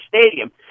stadium